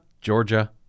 Georgia